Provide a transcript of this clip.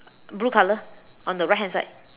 blue color on the right hand side